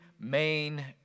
main